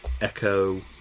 Echo